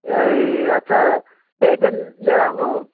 ए अच्छा त्यही फेन लिएर आउनु